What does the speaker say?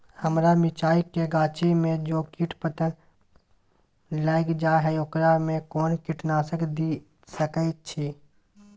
हमरा मिर्चाय के गाछी में जे कीट पतंग लैग जाय है ओकरा में कोन कीटनासक दिय सकै छी?